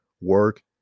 work